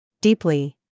Deeply